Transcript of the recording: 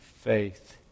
faith